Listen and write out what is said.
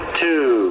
two